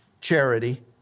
charity